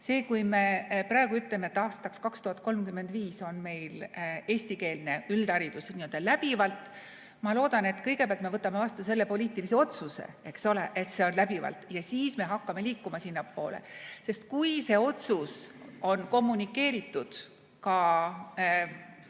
See, kui me praegu ütleme, et aastaks 2035 on meil eestikeelne üldharidus n‑ö läbivalt – ma loodan, et kõigepealt me võtame vastu selle poliitilise otsuse, eks ole, et see on läbivalt, ja siis me hakkame liikuma sinnapoole. Kui see otsus on kommunikeeritud ka